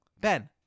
ben